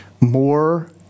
more